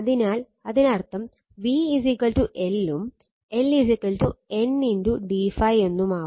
അതിനാൽ അതിനർത്ഥം v L ഉം L N d ∅ എന്നും ആവും